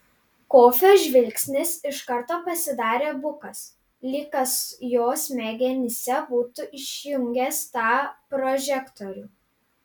kofio žvilgsnis iš karto pasidarė bukas lyg kas jo smegenyse būtų išjungęs tą prožektorių